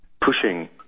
pushing